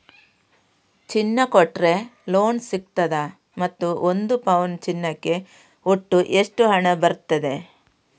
ಚಿನ್ನ ಕೊಟ್ರೆ ಲೋನ್ ಸಿಗ್ತದಾ ಮತ್ತು ಒಂದು ಪೌನು ಚಿನ್ನಕ್ಕೆ ಒಟ್ಟು ಎಷ್ಟು ಹಣ ಬರ್ತದೆ?